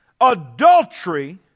adultery